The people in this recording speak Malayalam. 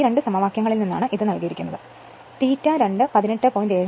ഈ 2 സമവാക്യങ്ങളിൽ നിന്നാണ് ഇത് നൽകിയിരിക്കുന്നത് ∅2 18